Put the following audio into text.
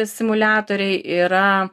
simuliatoriai yra